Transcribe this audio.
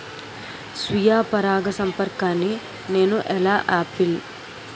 స్వీయ పరాగసంపర్కాన్ని నేను ఎలా ఆపిల్?